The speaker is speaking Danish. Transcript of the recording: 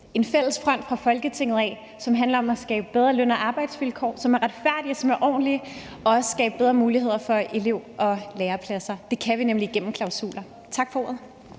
en fælles front fra Folketingets side, som handler om at skabe bedre løn- og arbejdsvilkår, der er retfærdige og ordentlige, og som også skaber bedre muligheder for elev- og lærepladser, for det kan vi nemlig gennem klausuler. Tak for ordet.